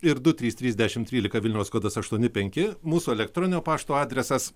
ir du trys trys dešim trylika vilniaus kodas aštuoni penki mūsų elektroninio pašto adresas